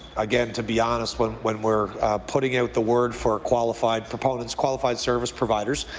again to be honest, when when we're putting out the word for qualified for qualified service providers,